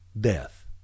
death